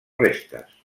restes